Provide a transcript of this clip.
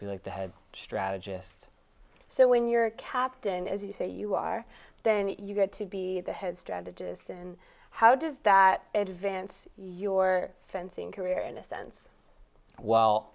be like the head strategist so when you're a captain as you say you are then you get to be the head strategist and how does that advance your fencing career in a sense w